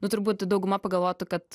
nu turbūt dauguma pagalvotų kad